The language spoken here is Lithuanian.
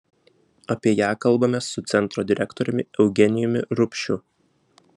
apie ją kalbamės su centro direktoriumi eugenijumi rupšiu